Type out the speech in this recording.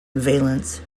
valence